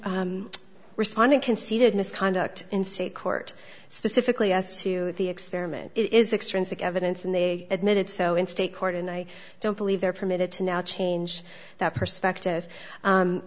responding conceded misconduct in state court specifically as to the experiment is extensive evidence and they admitted so in state court and i don't believe they're permitted to now change that perspective